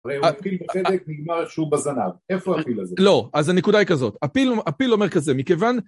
הרי החדק נגמר איפשהו בזנב, איפה הפיל הזה? לא, אז הנקודה היא כזאת, הפיל אומר כזה, מכיוון...